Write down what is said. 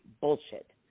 bullshit